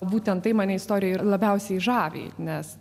būtent tai mane istorijoj ir labiausiai žavi nes